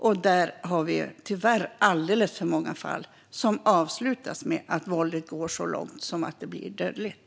Vi har tyvärr alldeles för många fall som avslutas med att våldet går så långt att det blir dödligt.